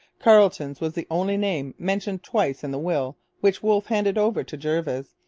carleton's was the only name mentioned twice in the will which wolfe handed over to jervis,